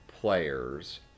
players